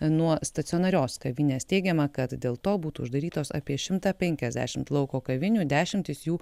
nuo stacionarios kavinės teigiama kad dėl to būtų uždarytos apie šimtą penkiasdešimt lauko kavinių dešimtys jų